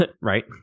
right